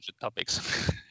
topics